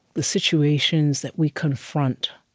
the situations that we confront